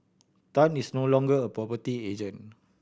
Tan is no longer a property agent